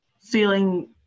feeling